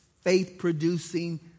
faith-producing